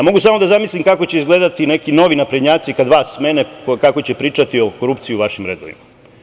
Mogu samo da zamislim kako će izgledati neki novi naprednjaci kad vas smene, kako će pričati o korupciji u vašim redovima.